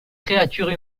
créatures